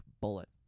Bullet